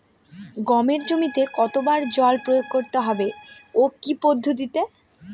গমের জমিতে কতো বার জল প্রয়োগ করতে হবে ও কি পদ্ধতিতে?